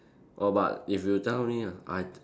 oh but if you tell me ah I